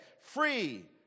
Free